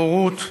בורות,